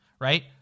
right